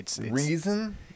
Reason